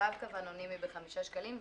רב-קו אנונימי בחמישה שקלים,